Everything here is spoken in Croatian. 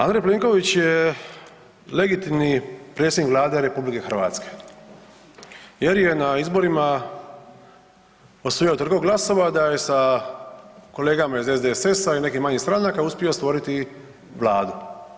Andrej Plenković je legitimni predsjednik Vlade RH jer je na izborima osvojio toliko glasova da je sa kolegama iz SDSS-a i nekih manjih stranaka uspio stvoriti Vladu.